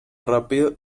rápido